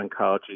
oncology